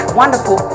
wonderful